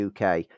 UK